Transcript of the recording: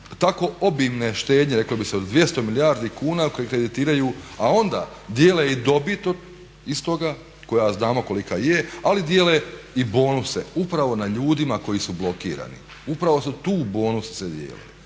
tako obimne štednje, reklo bi se od 200 milijardi kuna koje kreditiraju a onda dijele i dobit iz toga koja znamo kolika je, ali dijele i bonuse upravo na ljudima koji su blokirani, upravo se tu bonusi dijele.